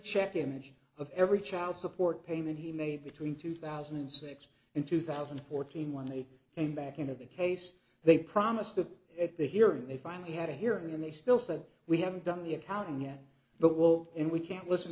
check image of every child support payment he made between two thousand and six and two thousand and fourteen when they came back into the case they promised that at the hearing they finally had a hearing and they still said we haven't done the accounting yet but will and we can't listen